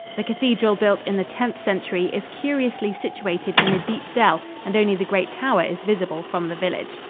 the cathedral, built in the tenth century, is curiously situated in a deep dell, and only the great tower is visible from the village.